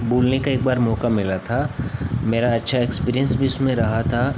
बोलने का एक बार मौका मिला था मेरा अच्छा एक्सपीरिएन्स भी उसमें रहा था